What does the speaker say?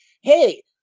Hey